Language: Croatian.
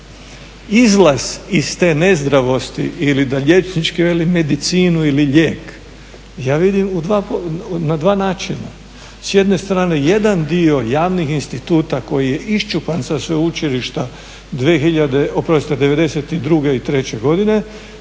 Izlaz iz te nezdravosti ili da liječnički velim medicinu ili lijek ja vidim na dva načina. S jedne strane jedan dio javnih instituta koji je iščupan sa sveučilišta '92. i treće godine